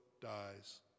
dies